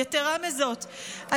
יתרה מזאת,